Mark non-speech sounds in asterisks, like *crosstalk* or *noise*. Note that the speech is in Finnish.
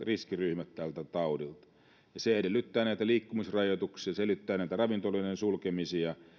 *unintelligible* riskiryhmät tältä taudilta ja se edellyttää näitä liikkumisrajoituksia se edellyttää näitä ravintoloiden sulkemisia